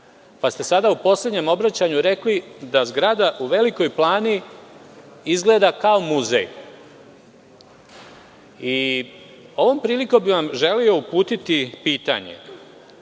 pa ste sada u poslednjem obraćanju rekli da zgrada u Velikoj Plani, izgleda kao muzej. Ovom prilikom bih vam želeo uputiti pitanje